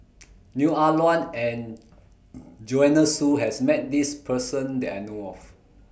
Neo Ah Luan and Joanne Soo has Met This Person that I know of